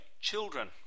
children